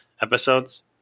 episodes